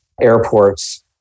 airports